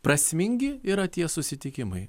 prasmingi yra tie susitikimai